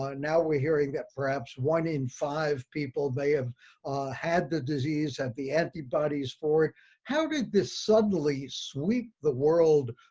ah now we're hearing that perhaps one in five people may have had the disease and the antibodies for how did this suddenly sweep the world?